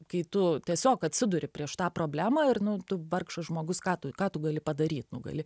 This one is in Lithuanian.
kai tu tiesiog atsiduri prieš tą problemą ir nu tu vargšas žmogus ką tu ką tu gali padaryt nu gali